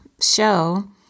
show